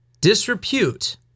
disrepute